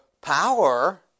power